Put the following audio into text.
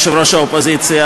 אדוני יושב-ראש האופוזיציה,